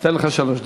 אתן לך שלוש דקות.